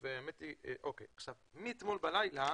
אתמול בלילה,